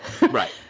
Right